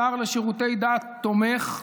השר לשירותי דת, תומך,